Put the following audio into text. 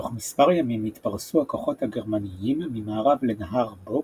תוך מספר ימים התפרסו הכוחות הגרמניים ממערב לנהר בוג,